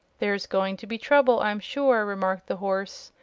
there's going to be trouble, i'm sure, remarked the horse.